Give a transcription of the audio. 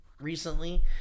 recently